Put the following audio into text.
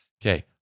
okay